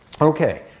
Okay